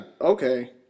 okay